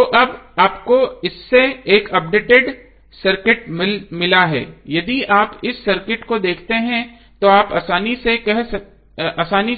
तो अब आपको इससे एक अपडेटेड सर्किट मिला है यदि आप इस सर्किट को देखते हैं तो आप आसानी